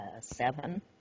Seven